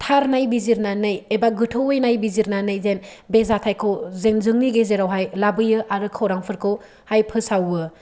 थार नायबिजिरनानै एबा गोथौयै नायबिजिरनानै जेन बे जाथायखौ जोंनि गेजेरावहाय लाबोयो आरो खौरांफोरखौहाय फोसावो